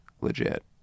legit